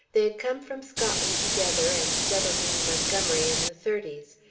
they had come from scotland together and settled in montgomery in the thirties.